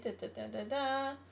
Da-da-da-da-da